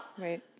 Right